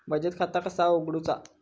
बचत खाता कसा उघडूचा?